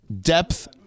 depth